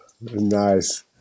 nice